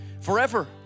forever